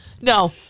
No